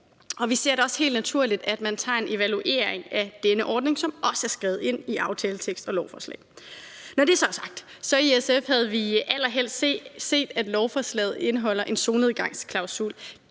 Og vi ser det også som helt naturligt, at man tager en evaluering af den her ordning, hvilket også er skrevet ind i aftaleteksten og lovforslaget. Når det så er sagt, havde vi i SF allerhelst set, at lovforslaget havde indeholdt en solnedgangsklausul.